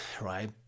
right